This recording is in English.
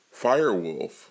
Firewolf